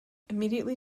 immediately